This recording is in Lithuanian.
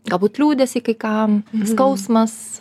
galbūt liūdesį kai kam skausmas